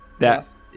Yes